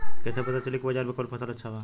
कैसे पता चली की बाजार में कवन फसल अच्छा बा?